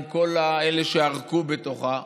עם כל אלה שערקו לתוכה,